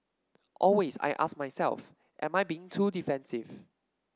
always I ask myself am I being too defensive